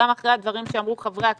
גם אחרי הדברים שאמרו חברי הכנסת,